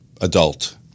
adult